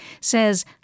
says